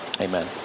Amen